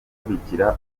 gukurikira